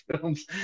films